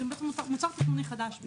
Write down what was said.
זה בעצם מוצר תכנוני חדש.